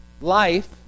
life